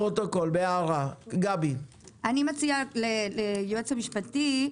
אני מציעה ליועץ המשפטי,